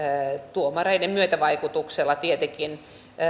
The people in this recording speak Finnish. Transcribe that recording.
tuomareiden myötävaikutuksella tietenkin